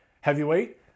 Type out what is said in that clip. heavyweight